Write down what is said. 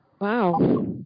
Wow